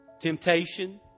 temptation